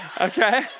Okay